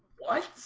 what